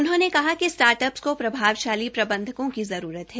उन्होंने कहा कि स्टार्ट अप्स को प्रभावशाली प्रबंधकों की जरूरत है